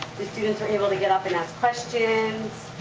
the students were able to get up and ask questions.